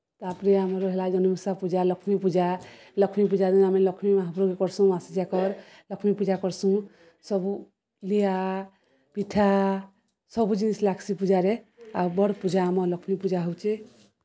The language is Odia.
ତା'ପରେ ଆମର୍ ରହେଲା ଯେନ୍ ଓଷା ପୂଜା ଲକ୍ଷ୍ମୀ ପୂଜା ଲକ୍ଷ୍ମୀ ପୂଜା ଦିନ ଆମେ ଲକ୍ଷ୍ମୀ ମହାପୃକେ କର୍ସୁଁ ମାସେଯାକର୍ ଲକ୍ଷ୍ମୀ ପୂଜା କର୍ସୁଁ ସବୁ ଲିଆ ପିଠା ସବୁ ଜିନିଷ୍ ଲାଗ୍ସି ପୂଜାରେ ଆଉ ବଡ଼୍ ପୂଜା ଆମ ଲକ୍ଷ୍ମୀ ପୂଜା ହଉଚେ